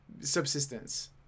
subsistence